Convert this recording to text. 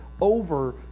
over